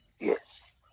Yes